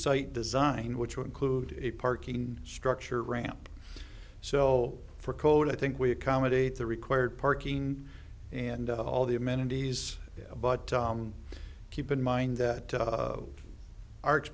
site design which will include a parking structure ramp so for code i think we accommodate the required parking and all the amenities but keep in mind that